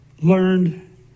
learned